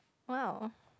!wow!